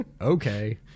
Okay